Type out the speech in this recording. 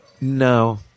No